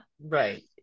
Right